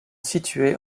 située